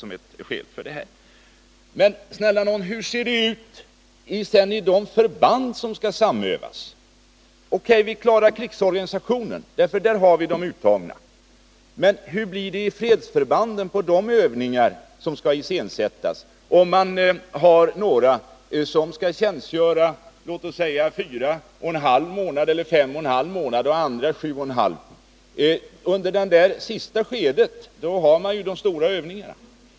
Men snälla nån, hur ser det sedan ut i de förband som skall samövas? O.K., vi klarar kanske krigsorganisationen, eftersom de värnpliktiga redan är uttagna. Men hur blir det med de övningar som skall iscensättas med fredsförbanden, om man har några som skall tjänstgöra låt oss säga 4,5 eller 6 månader och andra som skall tjänstgöra 7,5 månader? Under det sista skedet har man ju de stora övningarna.